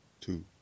two